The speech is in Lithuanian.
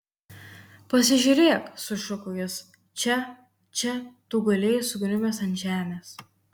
pasižiūrėk sušuko jis čia čia tu gulėjai sukniubęs ant žemės